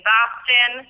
Boston